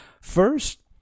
first